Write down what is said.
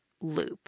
loop